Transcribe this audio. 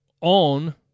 on